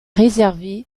réservé